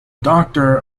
doctor